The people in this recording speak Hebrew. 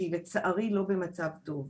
שהיא לצערי לא במצב טוב.